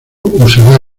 usará